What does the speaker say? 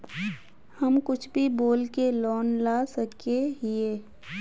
हम कुछ भी बोल के लोन ला सके हिये?